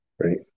Right